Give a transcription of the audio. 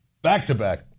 Back-to-back